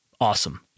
awesome